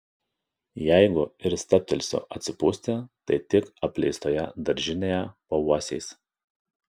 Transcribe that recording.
jeigu ir stabtelsiu atsipūsti tai tik apleistoje daržinėje po uosiais